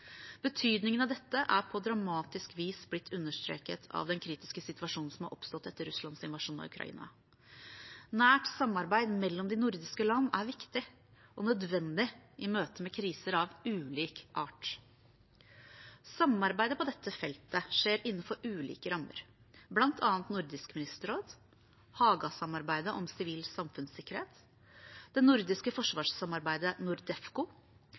Betydningen av dette er på dramatisk vis blitt understreket av den kritiske situasjon som er oppstått etter Russlands invasjon av Ukraina. Nært samarbeid mellom de nordiske land er viktig og nødvendig i møte med kriser av ulik art. Samarbeidet på dette feltet skjer innenfor ulike rammer, bl.a. Nordisk ministerråd, Haga-samarbeidet om sivil samfunnssikkerhet, det nordiske forsvarssamarbeidet NORDEFCO